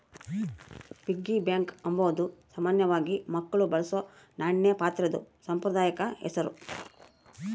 piggy bank ಅಂಬಾದು ಸಾಮಾನ್ಯವಾಗಿ ಮಕ್ಳು ಬಳಸೋ ನಾಣ್ಯ ಪಾತ್ರೆದು ಸಾಂಪ್ರದಾಯಿಕ ಹೆಸುರು